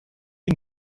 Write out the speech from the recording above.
sie